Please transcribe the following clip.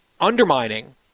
undermining –